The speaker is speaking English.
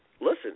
listen